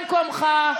הגדרה עצמית,